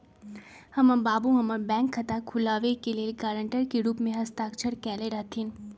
हमर बाबू हमर बैंक खता खुलाबे के लेल गरांटर के रूप में हस्ताक्षर कयले रहथिन